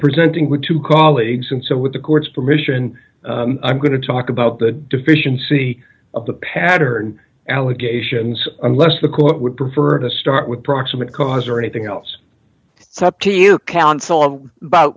presenting with two colleagues and so with the court's permission i'm going to talk about the deficiency of the pattern allegations unless the court would prefer to start with proximate cause or anything else you counsel but